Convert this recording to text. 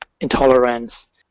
intolerance